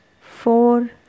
four